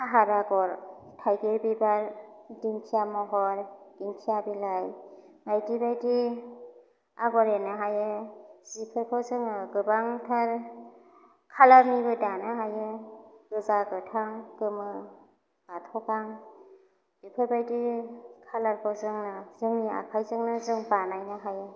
फाहार आगर थाइगिर बिबाबर दिंखिया महर दिंखिया बिलाइ बायदि बायदि आगर एरनो हायो जिफोरखौ जोङो गोबांथार खालारनिबो दानो हायो गोजा गोथां गोमो बाथ' गां बेफोरबायदि खालारखौ जोङो जोंनि आखायजोंनो जों बानायनो हायो